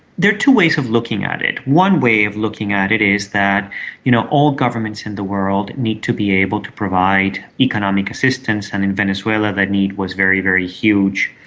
there are two ways of looking at it. one way of looking at it is that you know all governments in the world need to be able to provide economic assistance and in venezuela the need was very, very huge.